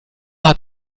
hat